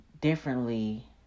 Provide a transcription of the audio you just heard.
differently